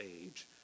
age